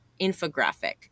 infographic